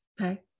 Okay